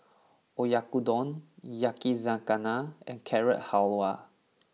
Oyakodon Yakizakana and Carrot Halwa